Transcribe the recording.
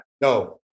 No